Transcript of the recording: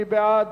מי בעד,